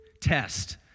test